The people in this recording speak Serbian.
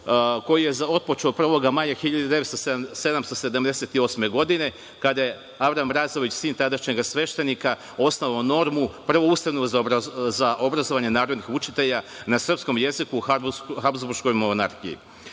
koji je otpočeo 1. maja 1778. godine, kada je Avram Razović, sin tadašnjega sveštenika osnovao normu prvu ustanovu za obrazovanje narodnih učitelja na srpskom jeziku, u Hazburškoj monarhiji. Nakon,